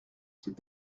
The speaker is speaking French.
c’est